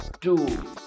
two